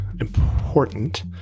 important